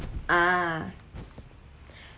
ah